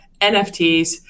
NFTs